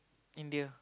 India